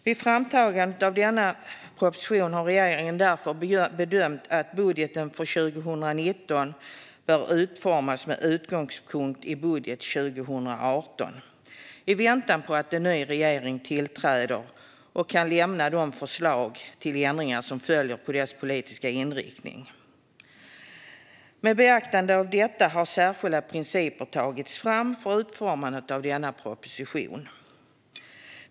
Vid framtagandet av propositionen har regeringen därför bedömt att budgeten för 2019 bör utformas med utgångspunkt i budgeten för 2018, i väntan på att en ny regering tillträder och kan lämna de förslag till ändringar som följer på dess politiska inriktning. Med beaktande av detta har särskilda principer tagits fram för utformandet av propositionen.